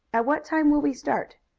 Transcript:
at what time will we start?